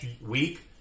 week